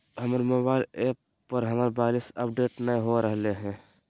हमर mobile app पर हमर बैलेंस अपडेट नय हो रहलय हें